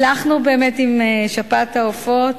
הצלחנו באמת עם שפעת העופות,